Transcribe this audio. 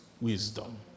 wisdom